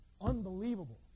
Unbelievable